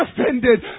offended